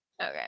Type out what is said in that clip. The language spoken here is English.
okay